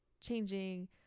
changing